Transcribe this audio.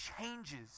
changes